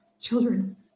children